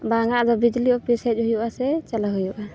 ᱵᱟᱝᱼᱟ ᱟᱫᱚ ᱵᱤᱡᱽᱞᱤ ᱚᱯᱷᱤᱥ ᱦᱮᱡ ᱦᱩᱭᱩᱜᱼᱟ ᱥᱮ ᱪᱟᱞᱟᱣ ᱦᱩᱭᱩᱜᱼᱟ